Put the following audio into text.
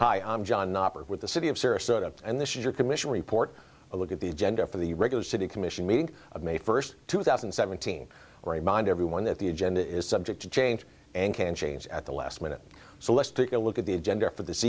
hi i'm john with the city of sarasota and this is your commission report a look at the agenda for the regular city commission meeting of may first two thousand and seventeen mind everyone that the agenda is subject to change and can change at the last minute so let's take a look at the agenda for this